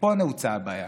ופה נעוצה הבעיה.